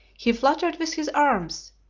he fluttered with his arms,